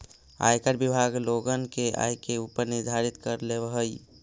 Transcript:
आयकर विभाग लोगन के आय के ऊपर निर्धारित कर लेवऽ हई